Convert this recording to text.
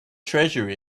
treasure